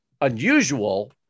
unusual